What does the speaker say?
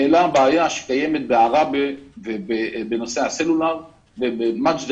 העלה בעיה שקיימת בעראבה בנושא הסלולר ובמג'ד